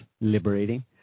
liberating